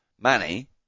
Manny